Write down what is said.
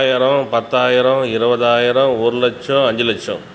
ஆயிரம் பத்தாயிரம் இருபதாயிரம் ஒரு லட்சம் அஞ்சு லட்சம்